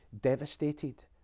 devastated